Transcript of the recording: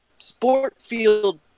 Sportfield